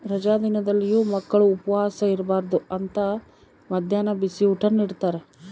ರಜಾ ದಿನದಲ್ಲಿಯೂ ಮಕ್ಕಳು ಉಪವಾಸ ಇರಬಾರ್ದು ಅಂತ ಮದ್ಯಾಹ್ನ ಬಿಸಿಯೂಟ ನಿಡ್ತಾರ